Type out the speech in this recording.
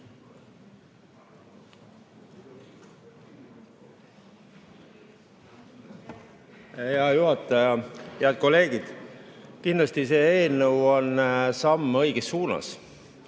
Hea juhataja! Head kolleegid! Kindlasti on see eelnõu samm õiges suunas,